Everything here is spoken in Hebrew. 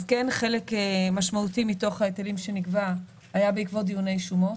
אז כן חלק משמעותי מתוך ההיטלים שנקבע היה בעקבות דיוני שומות.